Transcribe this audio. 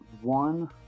one